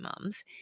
mums